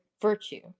virtue